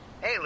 Hey